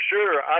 sure